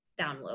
download